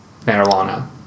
marijuana